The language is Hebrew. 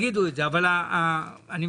אם תגידו שלא יכול להיות שאצביע נגד.